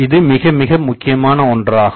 இது மிகமிக முக்கியமான ஒன்றாகும்